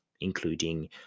including